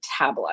metabolize